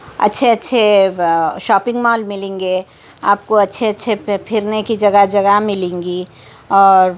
اچّھے اچّھے shopping mall ملیں گے آپ کو اچّھے اچّھے پھرنے کی جگہ جگہ ملیں گی اور